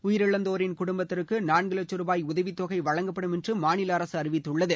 உயிரிழந்தோரின் குடும்பத்திற்கு நான்கு லட்சம் ரூபாய் உதவித் தொகை வழங்கப்படும் என்று மாநில அரசு அறிவித்துள்ளது